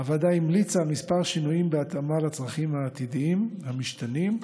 הוועדה המליצה על כמה שינויים בהתאמה לצרכים העתידיים המשתנים,